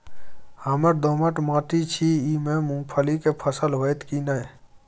हमर दोमट माटी छी ई में मूंगफली के फसल होतय की नय?